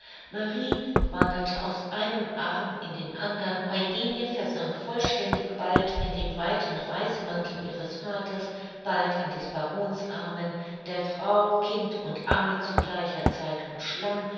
marie wanderte aus einem arm in den andern eugenie versank vollständig bald in dem weiten reisemantel ihres vaters bald in des barons armen der frau kind und amme zu gleicher zeit